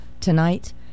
tonight